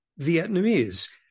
Vietnamese